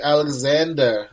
Alexander